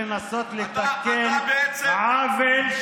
לא אמרת בטלוויזיה